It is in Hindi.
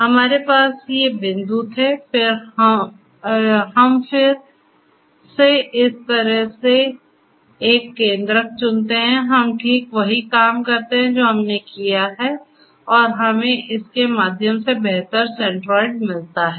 तो हमारे पास ये बिंदु थे हम फिर से इस तरह से एक केन्द्रक चुनते हैं हम ठीक वही काम करते हैं जो हमने किया है और हमें इसके माध्यम से बेहतर सेंट्रोइड मिलता है